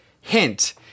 Hint